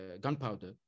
gunpowder